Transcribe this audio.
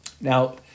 Now